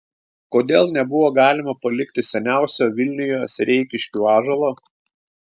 kodėl nebuvo galima palikti seniausio vilniuje sereikiškių ąžuolo